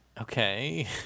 Okay